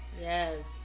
Yes